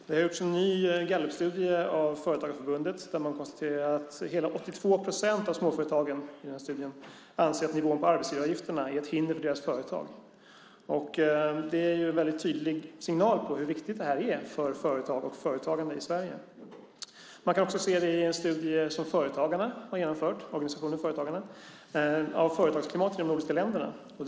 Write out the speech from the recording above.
Det har gjorts en ny gallupstudie av Företagarförbundet, där man konstaterar att hela 82 procent av småföretagen i studien anser att nivån på arbetsgivaravgifterna är ett hinder för deras företag. Det är en tydlig signal om hur viktigt detta är för företag och företagande i Sverige. Man kan också se det i en studie av företagsklimatet i de nordiska länderna som organisationen Företagarna har genomfört.